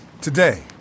Today